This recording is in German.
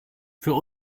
für